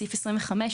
סעיף 21,